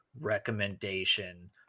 recommendation